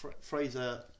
Fraser